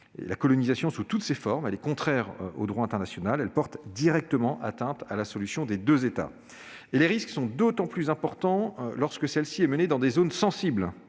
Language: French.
La colonisation sous toutes ses formes est contraire au droit international, et elle porte directement atteinte à la solution des deux États. Les risques sont d'autant plus importants que celle-ci est menée dans des zones sensibles